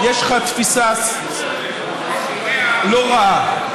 יש לך תפיסה לא רעה.